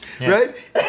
right